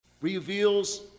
reveals